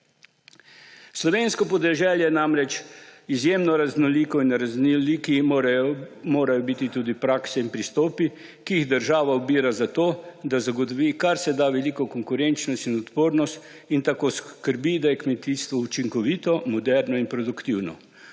Slovensko podeželje je namreč izjemno raznoliko in raznoliki morajo biti tudi prakse in pristopi, ki jih država ubira za to, da zagotovi karseda veliko konkurenčnost in odpornost in tako skrbi, da je kmetijstvo učinkovito, moderno in produktivno,